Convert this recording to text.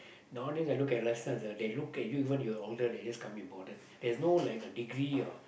nowadays I look at youngsters they look at you even you're older they just can't be bothered there's no like a degree of